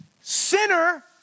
Sinner